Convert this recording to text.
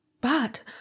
But